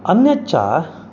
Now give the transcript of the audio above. अन्यच्च